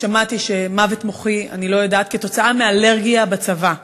שמעתי מוות מוחי, אני לא יודעת, בגלל אלרגיה בצבא,